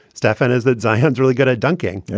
stefan, is that zion's really good at dunking. know,